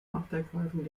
machtergreifung